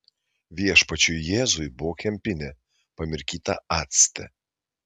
viešpačiui jėzui buvo kempinė pamirkyta acte